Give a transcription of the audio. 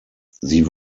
sie